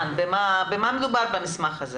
בזמן, על מה מדובר במסמך הזה